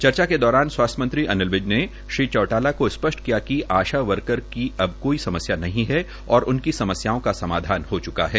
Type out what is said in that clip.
चर्चा के दौरान स्वास्थ्य मंत्री अनिल विज ने श्री चौटाला को स्पष्ट किया कि आशा वर्कर की अब कोई समस्या नहीं है और उनकी समस्याओं का समाधान हो चुका है